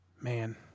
Man